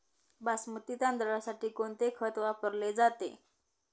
बासमती तांदळासाठी कोणते खत वापरले जाते?